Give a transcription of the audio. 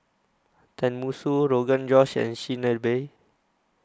Tenmusu Rogan Josh and Chigenabe